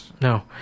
no